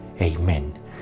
Amen